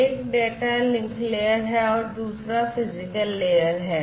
एक data link layer है और दूसरा फिजिकल लेयर है